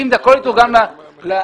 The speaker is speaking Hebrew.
אם הכול יתורגם לצרכן,